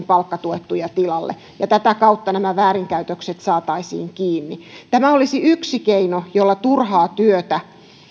palkkatuettuja tilalle ja tätä kautta nämä väärinkäytökset saataisiin kiinni tämä olisi yksi keino jolla turhaa työtä